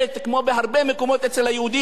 כמו בהרבה מקומות אצל היהודים,